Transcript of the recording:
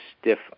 stiff